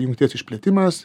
jungties išplėtimas